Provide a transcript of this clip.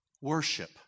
worship